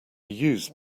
use